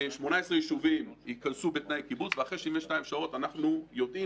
18 יישובים ייכנסו בתנאי קיבוץ ואחרי 72 שעות אנחנו יודעים